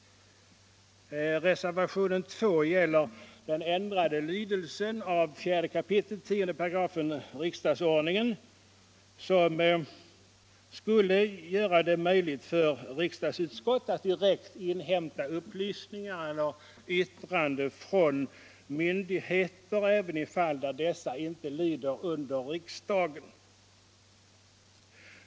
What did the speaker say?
Reservationen 2 gäller den ändrade lydelse av 4 kap. 10§ riksdagsordningen som skulle göra det möjligt för riksdagsutskott att direkt inhämta yttrande från myndigheter, även i de fall där dessa inte lyder under riksdagen.